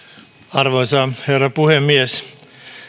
arvoisa herra puhemies